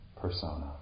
persona